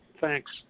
thanks